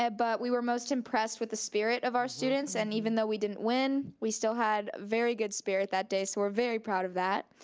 but we were most impressed with the spirit of our students, and even though we didn't win, we still had very good spirit that day so we're very proud of that,